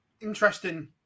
Interesting